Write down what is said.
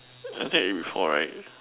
I think I eat before right